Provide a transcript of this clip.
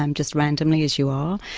um just randomly as you are,